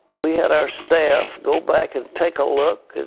we had our staff go back and take a look,